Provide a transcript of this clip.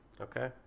Okay